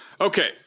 Okay